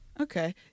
Okay